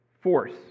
force